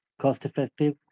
cost-effective